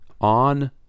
on